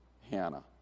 Hannah